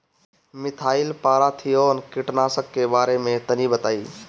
Methyl parathion कीटनाशक के बारे में तनि बताई?